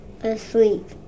asleep